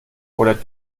oder